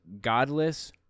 godless